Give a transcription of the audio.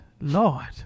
lord